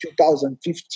2015